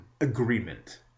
agreement